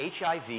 HIV